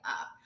up